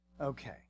Okay